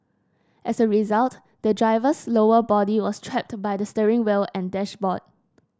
as a result the driver's lower body was trapped by the steering wheel and dashboard